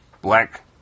Black